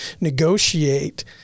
negotiate